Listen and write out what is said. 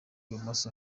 bumoso